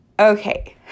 Okay